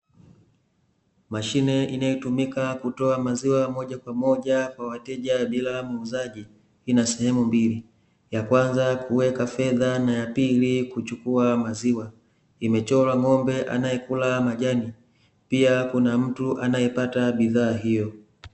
Mashine inayotumika kutoa maziwa moja kwa moja kwa wateja bila muuzaji, ina sehemu mbili. Ya kwanza kuweka fedha na ya pili kuchukua maziwa, imechorwa ng'ombe anayekula majani, pia kuna mtu anayepata bidhaa hiyo.